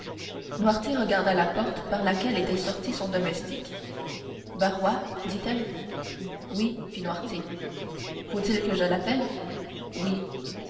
noirtier regarda la porte par laquelle était sorti le domestique barrois dit-elle oui fit noirtier faut-il que je l'appelle oui